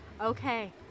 okay